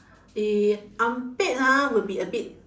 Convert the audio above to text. the unpaid ha will be a bit